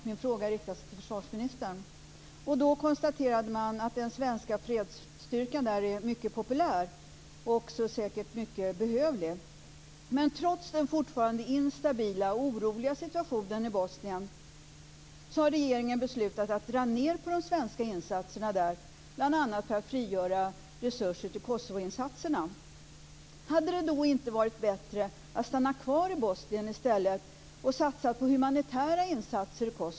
Herr talman! Delar av försvarsutskottet har varit i Bosnien helt nyligen - min fråga riktar sig till försvarsministern - man konstaterade då att den svenska fredsstyrkan där är mycket populär och säkert också mycket behövlig. Men trots den fortfarande instabila och oroliga situationen i Bosnien har regeringen beslutat att minska de svenska insatserna där, bl.a. för att frigöra resurser till Kosovoinsatserna. Hade det då inte varit bättre att stanna kvar i Bosnien och att satsa på humanitära insatser i Kosovo?